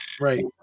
right